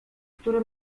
który